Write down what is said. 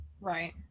Right